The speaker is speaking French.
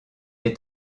est